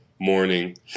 morning